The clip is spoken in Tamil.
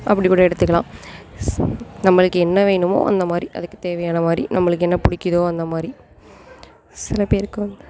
அப்படிக்கூட எடுத்துக்கலாம் ஸ் நம்மளுக்கு என்ன வேணுமோ அந்தமாதிரி அதுக்கு தேவையானமாதிரி நம்மளுக்கு என்ன பிடிக்கிதோ அந்தமாதிரி சில பேருக்கு வந்